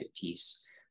piece